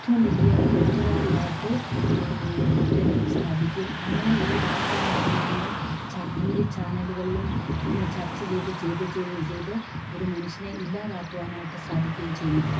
ഏറ്റവും വലിയ കുറ്റവാളിയായിട്ട് അതിനെ സ്ഥാപിക്കും അങ്ങനെ ഈ വാർത്താ മാധ്യമങ്ങളിലും അന്തി ചാനലുകളിലും ഇന്ന് ചർച്ച് ചെയ്ത് ചെയ്ത് ചെയ്ത് ചെയ്ത് ഒരു മനുഷ്യനെ ഇല്ലാതാക്കുവാനായിട്ട് സാധിക്കുകയും ചെയ്യുന്നുണ്ട്